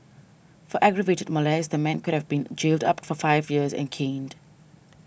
for aggravated molest the man could have been jailed up for five years and caned